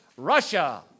Russia